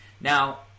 Now